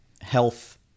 health